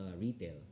retail